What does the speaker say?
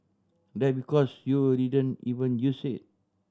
that because you will didn't even use it